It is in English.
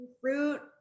fruit